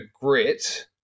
grit